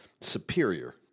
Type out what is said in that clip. superior